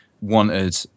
wanted